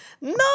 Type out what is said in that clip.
No